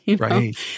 Right